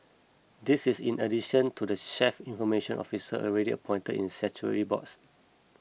this is in addition to the chief information officers already appointed in statutory boards